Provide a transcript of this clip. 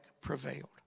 prevailed